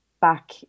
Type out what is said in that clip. back